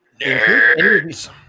nerds